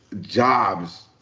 jobs